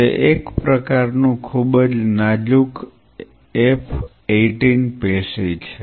તે એક પ્રકારનું ખૂબ જ નાજુક F18 પેશી છે